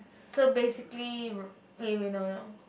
so basically wait wait no no